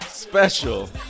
special